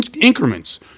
increments